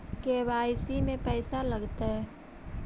KYC में पैसा लगतै?